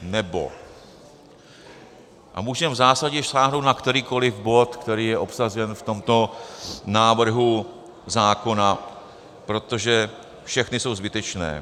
Nebo a můžeme v zásadě sáhnout na kterýkoli bod, který je obsažen v tomto návrhu zákona, protože všechny jsou zbytečné.